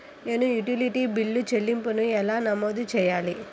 నేను utility bill చెల్లింపులను ఎలా నమోదు చేయాలి?